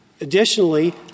Additionally